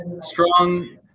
strong